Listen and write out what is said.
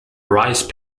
rice